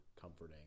comforting